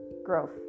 growth